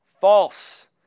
False